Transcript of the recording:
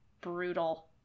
brutal